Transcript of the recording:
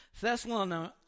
Thessalonians